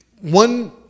one